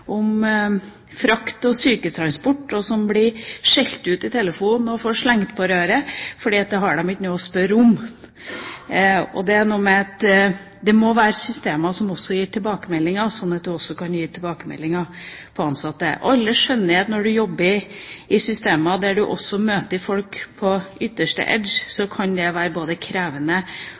om frakt og syketransport, og som er blitt skjelt ut i telefonen og fått slengt på røret, fordi det har de ikke noe med å spørre om. Det er noe med at det må være systemer som gir tilbakemeldinger, sånn at det også kan gis tilbakemeldinger på ansatte. Alle skjønner at når du jobber i systemer der du også møter folk på ytterste «edge», kan det være krevende,